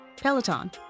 Peloton